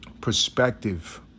perspective